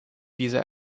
dieser